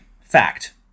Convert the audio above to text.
Fact